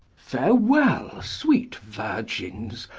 farewell, sweet virgins,